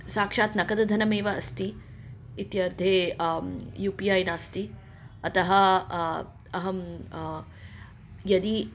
साक्षात् नकदधनमेव अस्ति इत्यर्थे यु पि ऐ नास्ति अतः अहं यदि